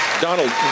Donald